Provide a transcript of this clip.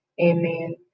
Amen